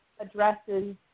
addresses